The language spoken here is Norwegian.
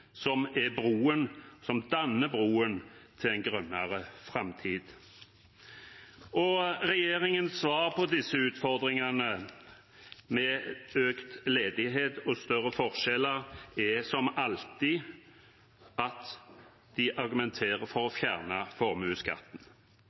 som danner broen til en grønnere framtid. Regjeringens svar på disse utfordringene med økt ledighet og større forskjeller er som alltid at de argumenterer for å